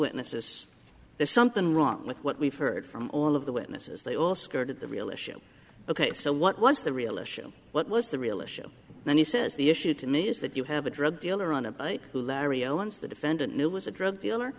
witnesses there's something wrong with what we've heard from all of the witnesses they all scored the real issue ok so what was the real issue what was the real issue when he says the issue to me is that you have a drug dealer on a bike who larry o once the defendant knew was a drug dealer